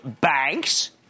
banks